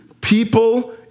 People